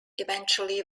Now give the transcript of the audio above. eventually